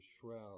shroud